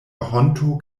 honto